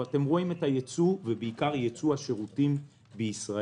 אבל אתם רואים את הייצוא ובעיקר ייצוא השירותים בישראל.